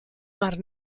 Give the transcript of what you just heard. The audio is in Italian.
mar